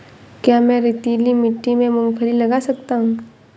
क्या मैं रेतीली मिट्टी में मूँगफली लगा सकता हूँ?